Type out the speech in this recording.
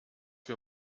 wir